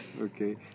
Okay